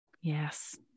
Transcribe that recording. Yes